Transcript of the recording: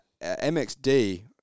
MXD